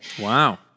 Wow